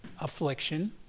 affliction